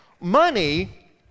money